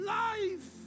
life